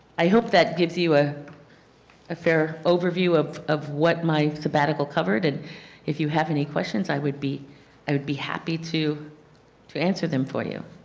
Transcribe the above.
i hope that gives you ah a fair overview of of what my sabbatical covered and if you have any questions, i would be i would be happy to to answer them for you.